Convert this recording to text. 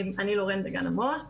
אני לורן דגן עמוס.